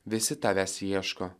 visi tavęs ieško